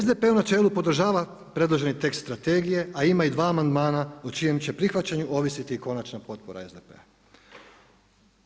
SDP u načelu podržava predloženi tekst strategije a ima i dva mandata o čijem će prihvaćanju ovisiti i konačna potpora SDP-a.